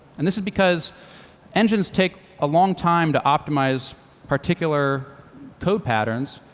and this is because engines take a long time to optimize particular code patterns,